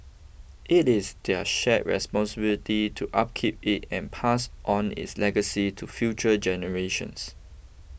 it is their shared responsibility to upkeep it and pass on its legacy to future generations